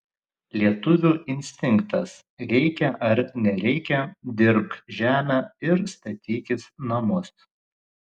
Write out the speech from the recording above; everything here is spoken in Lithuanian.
lietuvių instinktas reikia ar nereikia dirbk žemę ir statykis namus